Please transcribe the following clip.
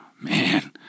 man